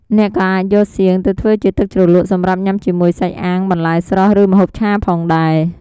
អ្នកក៏អាចយកសៀង ទៅធ្វើជាទឹកជ្រលក់សម្រាប់ញ៉ាំជាមួយសាច់អាំង បន្លែស្រស់ ឬម្ហូបឆាផងដែរ។